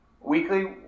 weekly